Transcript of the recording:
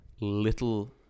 little